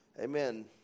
Amen